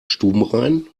stubenrein